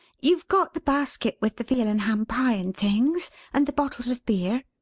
you've got the basket with the veal and ham-pie and things and the bottles of beer?